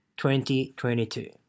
2022